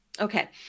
Okay